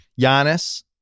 Giannis